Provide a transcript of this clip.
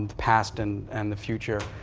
past and and the future.